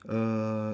err